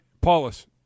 Paulus